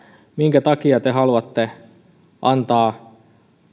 minkä takia te haluatte antaa